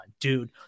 dude